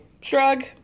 shrug